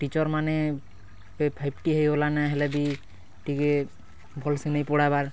teacher ମାନେ ହେ five ଟି ହେଇଗଲାନେ ହେଲେ ବି ଟିକେ ଭଲ୍ସେ ନାଇ ପଢ଼ାବାର୍